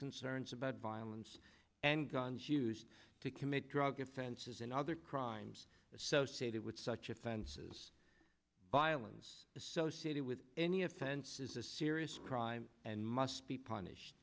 concerns about violence and guns used to commit drug offenses in other crimes associated with such offenses byelaws associated with any offense is a serious crime and must be punished